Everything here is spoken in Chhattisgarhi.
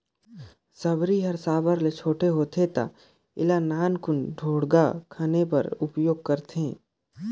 सबरी हर साबर ले छोटे होथे ता एला नान सुन ढोड़गा खने बर उपियोग करथे